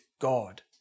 God